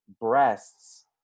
breasts